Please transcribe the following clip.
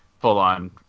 full-on